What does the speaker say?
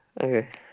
Okay